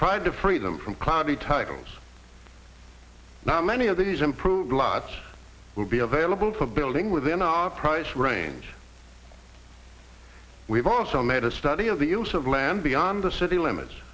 tried to free them from cloudy titles now many of these improved lots will be available for building within our price range we've also made a study of the use of land beyond the city limits